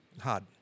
hard